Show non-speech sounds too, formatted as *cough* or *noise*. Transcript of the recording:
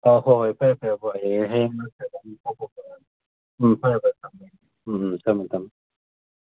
ꯑꯥ ꯍꯣꯏ ꯍꯣꯏ ꯐꯔꯦ ꯐꯔꯦ ꯍꯣꯏ ꯍꯌꯦꯡ *unintelligible* ꯎꯝ ꯊꯝꯃꯦ ꯊꯝꯃꯦ